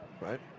Right